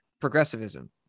progressivism